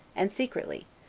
and secretly,